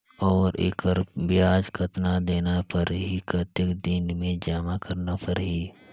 और एकर ब्याज कतना देना परही कतेक दिन मे जमा करना परही??